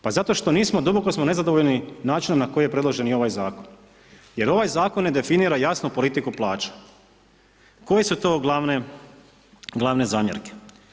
Pa zato što duboko smo nezadovoljni načinom na koji je predložen ovaj zakon jer ovaj zakon ne definira jasnu politiku plaće. koje su to glavne zamjerke?